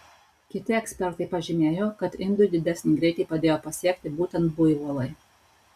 kiti ekspertai pažymėjo kad indui didesnį greitį padėjo pasiekti būtent buivolai